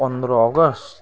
पन्ध्र अगस्त